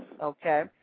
Okay